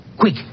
Quick